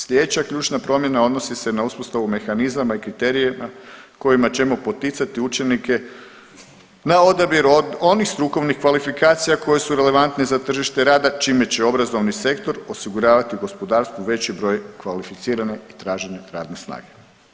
Slijedeća ključna promjena odnosi se na uspostavu mehanizama i kriterija kojima ćemo poticati učenike na odabir onih strukovnih kvalifikacija koje su relevantne za tržište rada čime će obrazovni sektor osiguravati gospodarstvu veći broj kvalificirane i tražene radne snage.